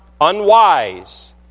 unwise